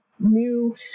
new